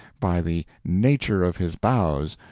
by the nature of his bows,